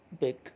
big